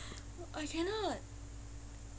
I cannot